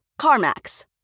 CarMax